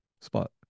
spot